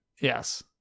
Yes